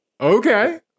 Okay